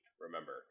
remember